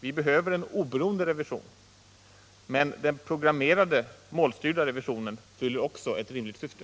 Vi behöver en oberoende revision, men den programmerade, målstyrda revisionen fyller också ett rimligt syfte.